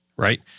Right